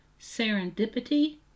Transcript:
serendipity